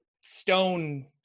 stone